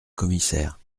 commissaire